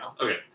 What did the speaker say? Okay